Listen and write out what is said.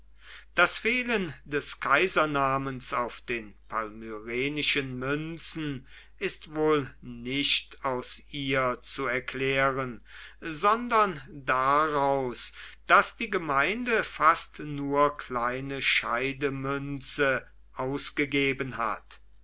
das fehlen des kaisernamens auf den palmyrenischen münzen ist wohl nicht aus ihr zu erklären sondern daraus daß die gemeinde fast nur kleine scheidemünze ausgegeben hat